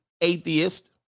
Atheist